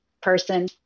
person